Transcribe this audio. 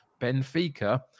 Benfica